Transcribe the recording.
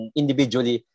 individually